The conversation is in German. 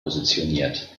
positioniert